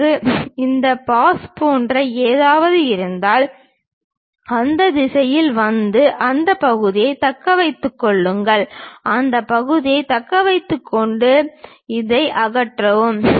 எனக்கு இந்த பாஸ் போன்ற ஏதாவது இருந்தால் அந்த திசையில் வந்து அந்த பகுதியை தக்க வைத்துக் கொள்ளுங்கள் அந்த பகுதியை தக்க வைத்துக் கொண்டு இதை அகற்றவும்